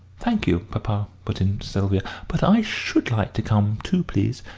thank you, papa, put in sylvia but i should like to come too, please,